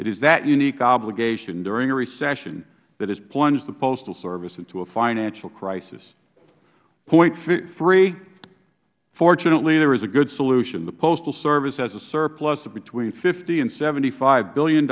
it is that unique obligation during a recession that has plunged the postal service into a financial crisis point three fortunately there is a good solution the postal service has a surplus of between fifty and seventy five